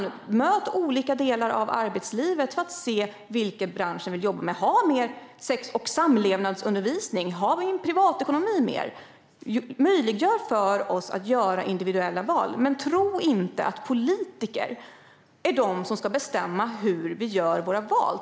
Låt människor möta olika delar av arbetslivet för att kunna se vilken bransch de vill jobba i! Ha mer undervisning i sex och samlevnad och i privatekonomi! Möjliggör för oss att göra individuella val. Men tro inte att politiker är de som ska bestämma hur vi gör våra val.